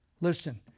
Listen